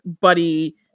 buddy